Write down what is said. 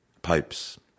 Pipes